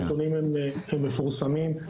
הנתונים מפורסמים,